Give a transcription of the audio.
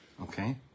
Okay